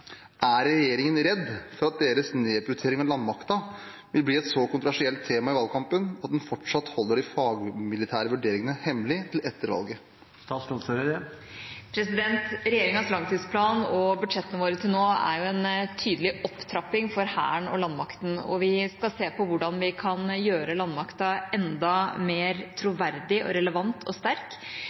Er regjeringen redd for at deres nedprioritering av landmakta vil bli et så kontroversielt tema i valgkampen at den fortsatt holder de fagmilitære vurderingene hemmelig til etter valget?» Regjeringas langtidsplan og budsjettene våre til nå er en tydelig opptrapping for Hæren og landmakta, og vi skal se på hvordan vi kan gjøre landmakta enda mer troverdig, relevant og sterk.